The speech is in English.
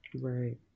Right